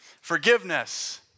Forgiveness